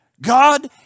God